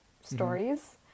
stories